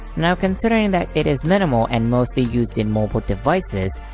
now considering that it is minimal and mostly used in mobile devices,